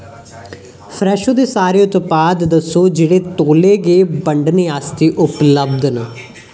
फ्रैशो दे सारे उत्पाद दस्सो जेह्ड़े तौले गै बंडने आस्तै उपलब्ध न